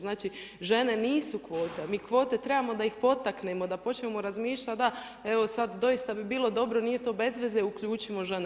Znači žene nisu kvote a mi kvote trebamo da ih potaknemo, da počnemo razmišljati da, evo sada doista bi bilo dobro, nije to bezveze, uključimo žene.